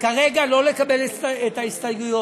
כרגע ולא לקבל את ההסתייגויות.